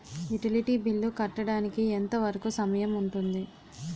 Utility bill కట్టడానికి ఎంత వరుకు సమయం ఉంటుంది?